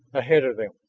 ahead of them.